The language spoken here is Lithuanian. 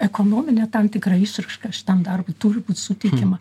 ekonominė tam tikra išraiška šitam darbui turi būt suteikiama